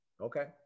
okay